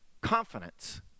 confidence